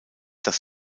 dass